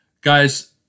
Guys